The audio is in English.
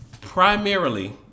primarily